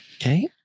Okay